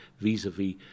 vis-a-vis